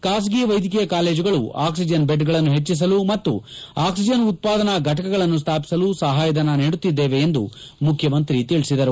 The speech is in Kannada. ಖಾಸಗಿ ವೈದ್ಯಕೀಯ ಕಾಲೇಜುಗಳು ಆಕ್ವಿಜನ್ ಬೆಡ್ಗಳನ್ನು ಹೆಚ್ಚಿಸಲು ಮತ್ತು ಆಕ್ಬಿಜನ್ ಉತ್ಪಾದನಾ ಘಟಕಗಳನ್ನು ಸ್ಥಾಪಿಸಲು ಸಹಾಯಧನ ನೀಡುತ್ತಿದ್ದೇವೆ ಎಂದು ಮುಖ್ಯಮಂತ್ರಿ ತಿಳಿಸಿದರು